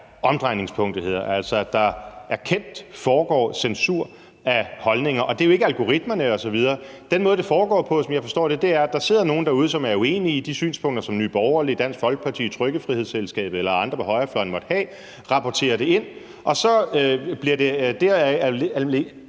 omdrejningspunktet her, altså at det er kendt, at der foregår censur af holdninger, og at det jo ikke er algoritmerne osv. Den måde, det foregår på, er, som jeg forstår det, at der sidder nogle derude, som er uenige i de synspunkter, som Nye Borgerlige, Dansk Folkeparti, Trykkefrihedsselskabet eller andre på højrefløjen måtte have, og som rapporterer det ind, og det bliver så ledt